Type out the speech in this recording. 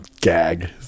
gag